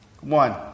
One